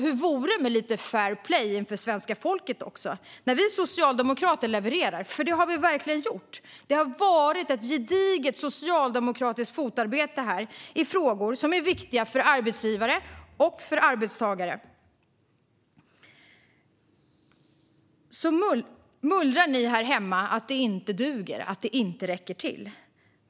Hur vore det med lite fair play inför svenska folket? När vi socialdemokrater levererar - det har vi verkligen gjort; det har varit ett gediget socialdemokratiskt fotarbete här - i frågor som är viktiga för arbetsgivare och för arbetstagare mullrar ni här hemma att det inte duger och inte räcker till.